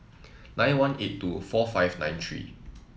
nine one eight two four five nine three